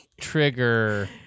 Trigger